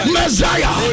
Messiah